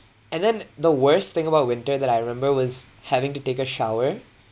and then the worst thing about winter that I remember was having to take a shower